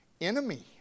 enemy